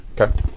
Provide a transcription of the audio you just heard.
Okay